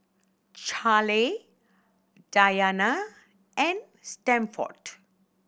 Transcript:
Charley Dianna and Stanford